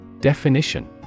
Definition